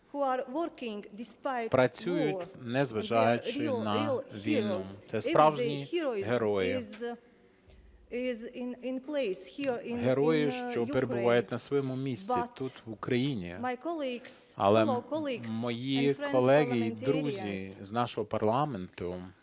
працюють, не зважаючи на війну. Це справжні герої, герої, що перебувають на своєму місці, тут, в Україні. Але мої колеги і друзі з нашого парламенту,